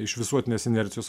iš visuotinės inercijos